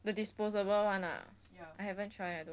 the disposable one ah I haven't try eh